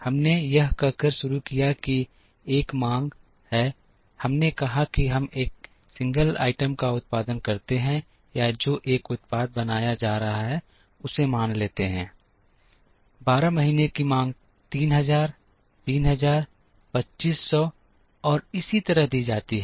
हमने यह कहकर शुरू किया कि एक मांग है हमने कहा कि हम एक एकल आइटम का उत्पादन करते हैं या जो एक उत्पाद बनाया जा रहा है उसे मान लेते हैं 12 महीने की मांग 3000 3000 2500 और इसी तरह दी जाती है